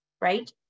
Right